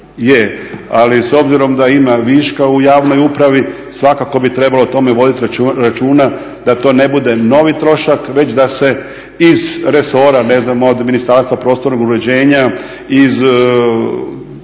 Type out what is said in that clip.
ali s obzirom da ima viška u javnoj upravi svakako bi trebalo o tome voditi računa da to ne bude novi trošak već da se iz resora ne znam od Ministarstva prostornog uređenja, iz